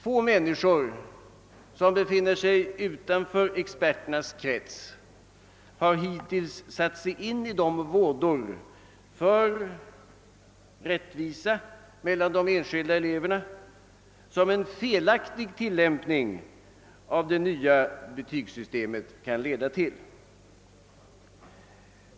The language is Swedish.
Få människor som befinner sig utanför experternas krets har hittills satt sig in i de vådor för rättvisan mellan de enskilda eleverna, som en felaktig tillämpning av det nya betygssystemet kan leda till.